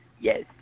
Yes